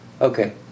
Okay